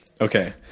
Okay